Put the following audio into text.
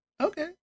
Okay